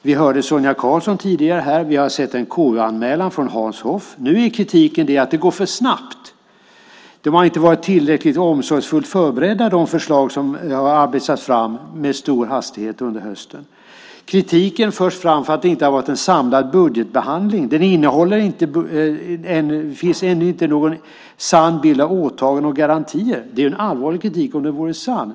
Vi hörde Sonia Karlsson tidigare här och vi har sett en KU-anmälan från Hans Hoff. Nu gäller kritiken att det går för snabbt. De förslag som har arbetats fram med stor hastighet under hösten har tydligen inte varit tillräckligt omsorgsfullt förberedda. Kritiken förs fram mot att det inte har varit en samlad budgetbehandling. Det finns ännu inte någon sann bild av åtaganden och garantier, menar man. Det är en allvarlig kritik om den vore sann.